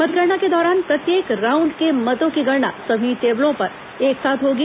मतगणना के दौरान प्रत्येक राउंड के मतों की गणना सभी टेबलों में एक साथ होगी